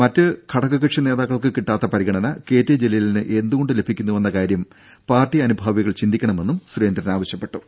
മറ്റ് ഘടക കക്ഷി നേതാക്കൾക്ക് കിട്ടാത്ത പരിഗണന കെ ടി ജലീലിന് എന്തുകൊണ്ട് ലഭിക്കുന്നുവെന്ന കാര്യം പാർട്ടി അനുഭാവികൾ ചിന്തിക്കണമെന്നും സുരേന്ദ്രൻ ആവശ്യപ്പെട്ടു